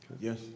Yes